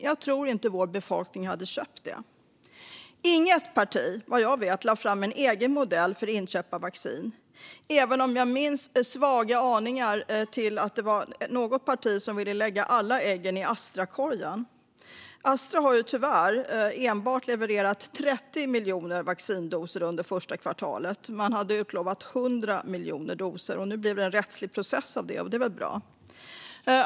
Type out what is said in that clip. Jag tror inte att vår befolkning hade köpt det. Inget parti, vad jag vet, lade fram en egen modell för inköp av vaccin, även om jag svagt minns att något parti ville lägga alla ägg i Astrakorgen. Astra har tyvärr enbart levererat 30 miljoner vaccindoser under det första kvartalet mot utlovade 100 miljoner doser. Nu blir det rättslig process av det, och det är väl bra.